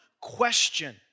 question